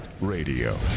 Radio